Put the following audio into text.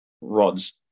Rods